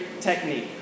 technique